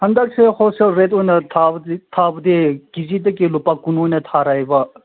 ꯍꯟꯗꯛꯁꯦ wholesale rate ꯑꯣꯏꯅ ꯊꯥꯕꯗꯤ ꯊꯥꯕꯗꯤ ꯀꯦ ꯖꯤꯗꯒꯤ ꯂꯨꯄꯥ ꯀꯨꯟ ꯑꯣꯏꯅ ꯊꯥꯔꯛꯑꯦꯕ